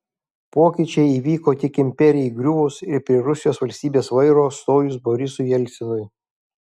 pokyčiai įvyko tik imperijai griuvus ir prie rusijos valstybės vairo stojus borisui jelcinui